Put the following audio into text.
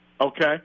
Okay